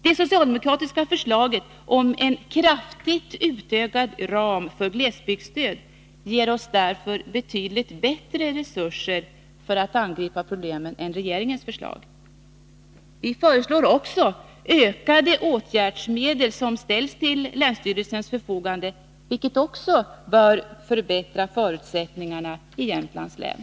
Det socialdemokratiska förslaget om en kraftigt utökad ram för glesbygdsstöd ger oss därför betydligt bättre resurser för att angripa problemen än regeringens förslag. Vi föreslår också ökade åtgärdsmedel som ställs till länsstyrelsens förfogande, vilket också bör förbättra förutsättningarna i Jämtlands län.